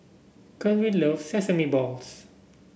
Kerwin loves Sesame Balls